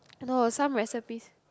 no some recipes